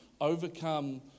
overcome